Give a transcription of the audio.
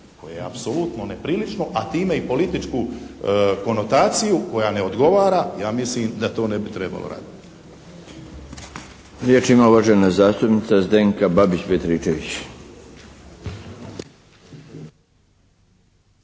koje je apsolutno neprilično a time i političku konotaciju koja ne odgovara ja mislim da to ne bi trebalo raditi.